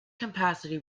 capacity